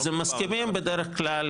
אז הם מסכימים בדרך כלל,